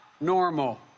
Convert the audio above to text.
normal